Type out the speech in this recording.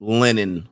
linen